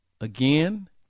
Again